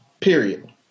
period